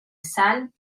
sal